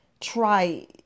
try